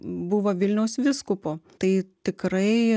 buvo vilniaus vyskupu tai tikrai